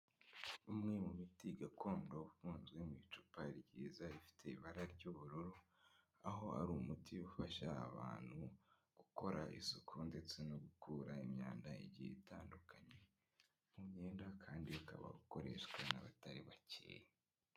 Umwe mu miti gakondo ufunzwe mu icupa ryiza rifite ibara ry'ubururu, aho hari umuti ufasha abantu gukora isuku ndetse no gukura imyanda igiye itandukanye mu myenda kandi ukaba ukoreshwa n'abatari bakeya.